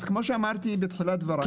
אז כמו שאמרתי בתחילת דברי,